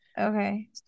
okay